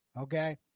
Okay